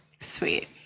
Sweet